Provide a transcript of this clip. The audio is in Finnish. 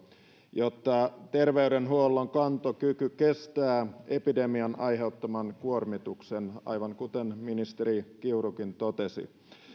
jotta terveydenhuollon kantokyky kestää epidemian aiheuttaman kuormituksen aivan kuten ministeri kiurukin totesi